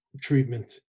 treatment